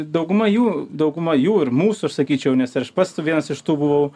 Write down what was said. dauguma jų dauguma jų ir mūsų aš sakyčiau nes ir aš pats vienas iš tų buvau